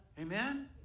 Amen